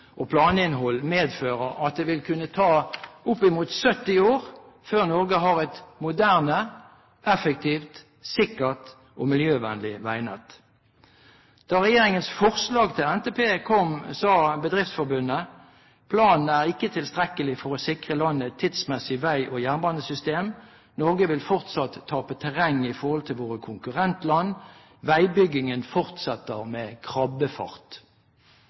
og planinnhold medfører at det vil kunne ta oppimot 70 år før Norge har et moderne, effektivt, sikkert og miljøvennlig veinett. Da regjeringens forslag til NTP kom, sa Bedriftsforbundet at planen ikke er «tilstrekkelig for å sikre landet et tidsmessig vei- og jernbanesystem. Norge vil fortsatt tape terreng i forhold til våre konkurrentland». Det ble også sagt at veiutbyggingen fortsetter med krabbefart.